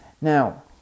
Now